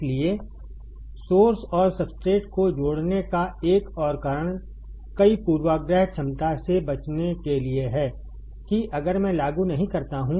इसलिए सोर्स और सब्सट्रेट को जोड़ने का एक और कारण कई पूर्वाग्रह क्षमता से बचने के लिए है कि अगर मैं लागू नहीं करता हूं